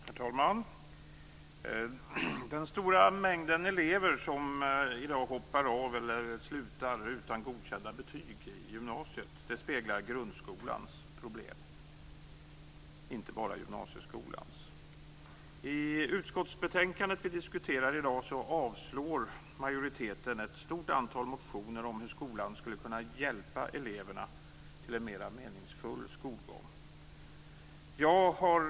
Herr talman! Den stora mängd elever som i dag slutar gymnasiet utan godkända betyg speglar grundskolans problem, inte bara gymnasieskolans. I det utskottsbetänkande som vi i dag diskuterar avstyrker majoriteten ett stort antal motioner om hur skolan skulle kunna hjälpa eleverna till en mer meningsfull skolgång.